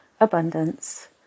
abundance